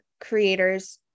creators